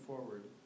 forward